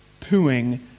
pooing